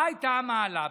מה הייתה המעלה בזה?